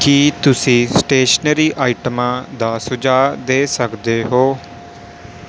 ਕੀ ਤੁਸੀਂ ਸਟੇਸ਼ਨਰੀ ਆਈਟਮਾਂ ਦਾ ਸੁਝਾਅ ਦੇ ਸਕਦੇ ਹੋ